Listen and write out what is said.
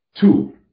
Two